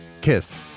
Kiss